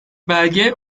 belge